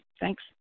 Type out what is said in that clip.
thanks